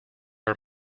are